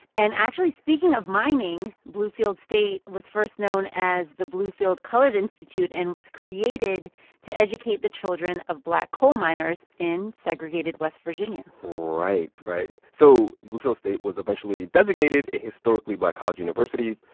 and actually, speaking of mining, bluefield state was first known as the bluefield colored institute and was created to educate the children of black coal miners in segregated west virginia right. right. so bluefield state was eventually designated a historically black college university.